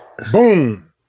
Boom